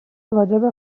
واجبه